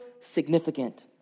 significant